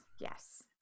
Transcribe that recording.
Yes